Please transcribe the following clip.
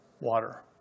water